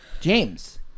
James